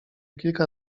kilka